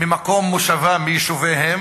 ממקום מושבם, מיישוביהם,